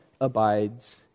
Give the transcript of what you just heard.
abides